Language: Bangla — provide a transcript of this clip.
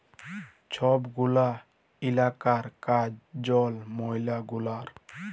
ছব গুলা ইলাকার কাজ জল, ময়লা গুলার